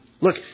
Look